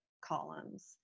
columns